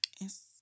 Yes